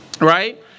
right